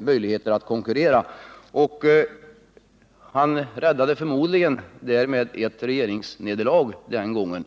möjligheter att konkurrera. Förmodligen räddade han den gången regeringen från ett nederlag.